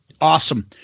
awesome